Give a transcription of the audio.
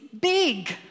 big